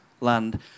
land